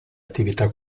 attività